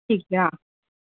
ठीक छै हँ